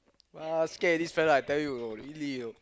basket this fellow I tell you really you